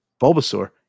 Bulbasaur